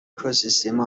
اکوسیستم